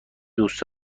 دوست